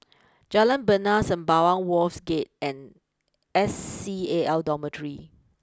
Jalan Bena Sembawang Wharves Gate and S C A L Dormitory